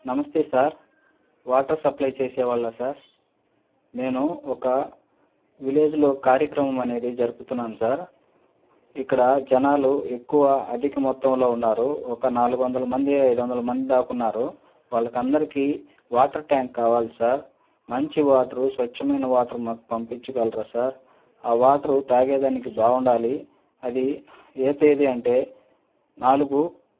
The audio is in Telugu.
నమస్తే సార్ వాటర్ సప్లయ్ చేసేవాళ్ళా సార్ నేను ఒక విలేజ్లో కార్యక్రమం అనేది జరుపుతున్నాను సార్ ఇక్కడా జనాలు ఎక్కువ అధిక మొత్తంలో ఉన్నారు ఒక నాలుగు వందల మంది ఐదు వందల మంది దాకా ఉన్నారు వాళ్ళకందరికీ వాటర్ ట్యాంక్ కావాలి సార్ మంచి వాటరు స్వచ్ఛమైన వాటరు మాకు పంపించగలరా సార్ ఆ వాటరు తాగేదానికి బాగుండాలి అది ఏ తేది అంటే నాలుగు